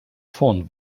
vorn